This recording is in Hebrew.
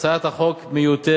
הצעת החוק מיותרת.